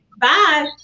Bye